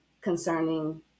concerning